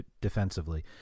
defensively